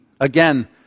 Again